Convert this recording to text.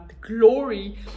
glory